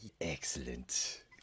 excellent